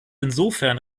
insofern